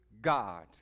God